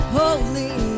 holy